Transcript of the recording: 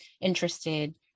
interested